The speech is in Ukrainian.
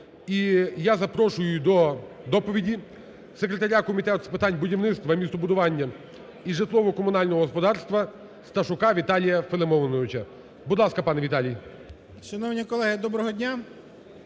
я запрошую до доповіді секретаря Комітету з питань будівництва, містобудування і житлово-комунального господарства Сташука Віталія Филимоновича. Будь ласка, пане Віталій.